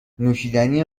نوشیدنی